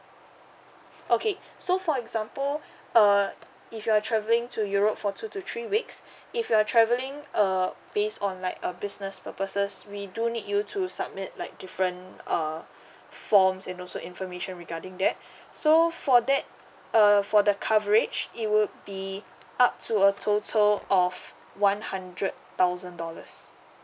okay so for example uh if you're travelling to europe for two to three weeks if you're travelling uh based on like a business purposes we do need you to submit like different uh forms and also information regarding that so for that err for the coverage it would be up to a total of one hundred thousand dollars